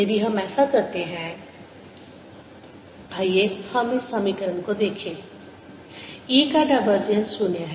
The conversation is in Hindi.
यदि हम ऐसा करते हैं आइए हम इस समीकरण को देखें E का डाइवर्जेंस 0 है